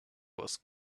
was